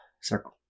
Circle